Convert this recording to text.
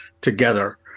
together